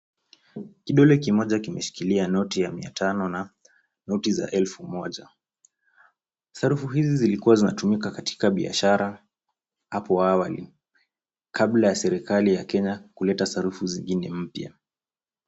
Kidole kimoja kimeshikilia noti ya mia tano na noti za elfu moja. Sarufu hizi zilikuwa zinatumika kwa biashara hapo awali kabla ya serikali ya Kenya kuleta sarufu zingine mpya.